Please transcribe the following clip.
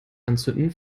anzünden